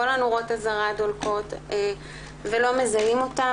כל נורות האזהרה דולקות ולא מזהים אותם,